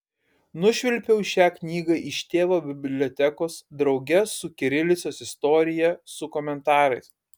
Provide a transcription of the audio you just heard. nušvilpiau šią knygą iš tėvo bibliotekos drauge su kirilicos istorija su komentarais